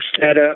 setup